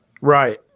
Right